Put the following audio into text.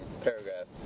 Paragraph